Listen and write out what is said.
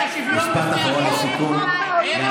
ואתנוקרטיה זו לא דמוקרטיה אמיתית.